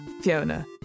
Fiona